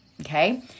Okay